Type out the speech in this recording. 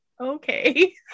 okay